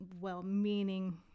well-meaning